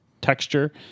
texture